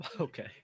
Okay